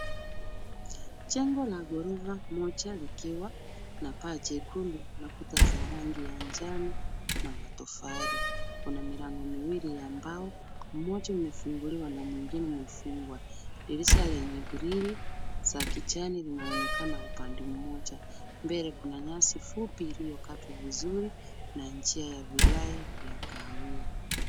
Jengo la ghorofa moja likiwa na paa chekundu na kuta za rangi ya njano na matofali. Kuna milango miwili ya mbao moja imefunguliwa na mwingine imefungwa. Dirisha lenye grili za kijani zinaonekana upande mmoja mbele kuna nyasi fupi iliokatwa vizuri na njia ya virai vya kawia.